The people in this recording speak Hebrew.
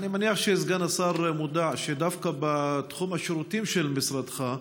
אני מניח שסגן השר מודע לכך שדווקא בתחום השירותים של משרדך,